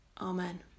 Amen